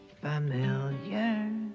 familiar